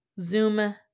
Zoom